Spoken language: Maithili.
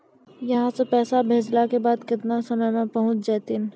यहां सा पैसा भेजलो के बाद केतना समय मे पहुंच जैतीन?